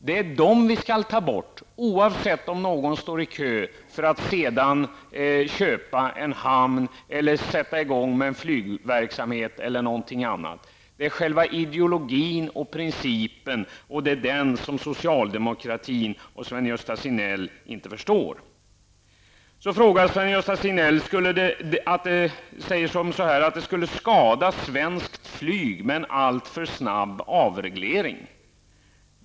Det är dem vi skall ta bort oavsett om någon står i kö för att sedan köpa en hamn, sätta i gång med en flygverksamhet eller någonting annat. Det är själva ideologin och principen det gäller. Det är den som socialdemokraterna och Sven-Gösta Signell inte förstår. Sedan säger Sven-Gösta Signell att det skulle skada svenskt flyg med en alltför snabb avreglering.